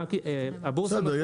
הבורסה מחויבת --- בסדר,